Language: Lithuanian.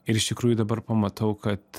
ir iš tikrųjų dabar pamatau kad